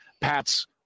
Pat's